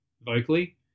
vocally